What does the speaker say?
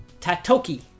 Tatoki